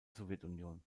sowjetunion